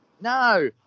no